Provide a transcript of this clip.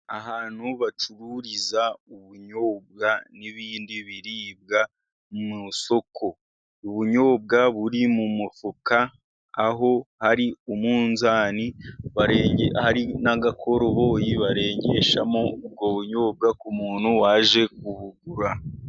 Ahantu bacururiza ubunyobwa n'ibindi biribwa mu isoko, ubunyobwa buri mu mufuka, aho hari umunzani, hari n'agakoroboyi barengeshamo ubwo bunyobwa, ku muntu waje kubugura.